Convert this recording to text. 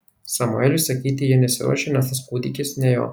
samueliui sakyti ji nesiruošė nes tas kūdikis ne jo